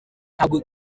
ntabwo